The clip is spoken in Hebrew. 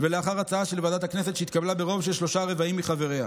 ולאחר הצעה של ועדת הכנסת שהתקבלה ברוב של שלושה רבעים מחבריה.